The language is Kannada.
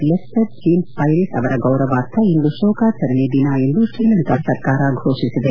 ಲೆಸ್ಟರ್ ಜೇಮ್ಸ್ ಪೈರಿಸ್ ಅವರ ಗೌರವಾರ್ಥ ಇಂದು ಶೋಕಾಚರಣೆ ದಿನ ಎಂದು ಶ್ರೀಲಂಕಾ ಸರ್ಕಾರ ಘೋಷಿಸಿದೆ